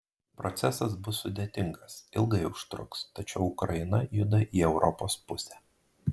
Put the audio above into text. procesas bus sudėtingas ilgai užtruks tačiau ukraina juda į europos pusę